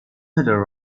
header